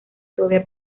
todavía